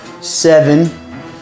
seven